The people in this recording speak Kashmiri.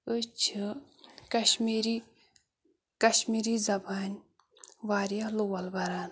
أسۍ چھِ کَشمیٖری کَشمیٖری زبانۍ واریاہ لول بَران